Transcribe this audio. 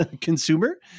consumer